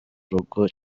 rugo